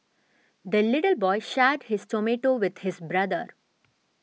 the little boy shared his tomato with his brother